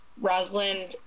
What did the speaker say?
rosalind